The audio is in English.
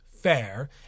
fair